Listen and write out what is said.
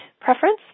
preference